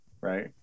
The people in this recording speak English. Right